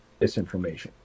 disinformation